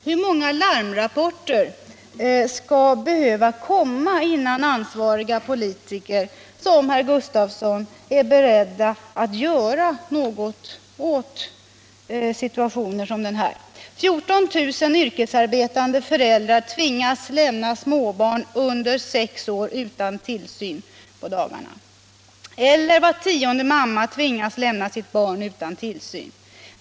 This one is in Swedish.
Hur många larmrapporter skall behöva komma, innan ansvariga politiker som herr Gustavsson är beredda att göra något åt sådana här si tuationer? 14 000 yrkesarbetande föräldrar tvingas lämna småbarn under sex år utan tillsyn på dagarna, eller var tionde mamma tvingas lämna sitt barn utan tillsyn.